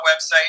website